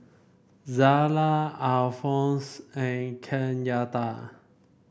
Zella Alphonse and Kenyatta